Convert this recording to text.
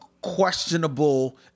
questionable